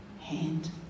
Hand